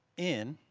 in